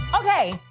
Okay